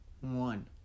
One